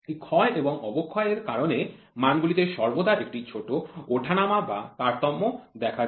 এই ক্ষয় এবং অবক্ষয় এর কারণে মানগুলিতে সর্বদা একটি ছোট ওঠানামা বা তারতম্য দেখা যায়